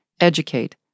Educate